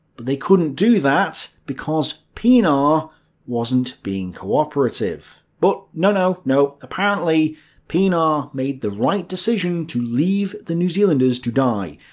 but they couldn't do that, because pienaar wasn't being cooperative. but, no, no, apparently pienaar made the right decision to leave the new zealanders to die.